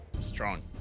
Strong